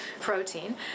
protein